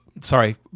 sorry